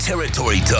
Territory